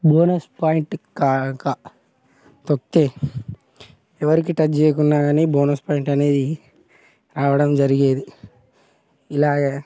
bonus point కాక తొక్కి ఎవరికి టచ్ చేయకున్నా కానీ బోనస్ పాయింట్ అనేది రావడం జరిగేది ఇలాగే